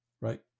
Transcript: right